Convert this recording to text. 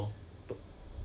orh mortgage